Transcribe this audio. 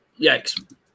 Yikes